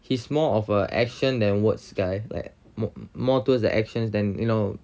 he's more of a action than words guys but mo~ more towards the actions than you know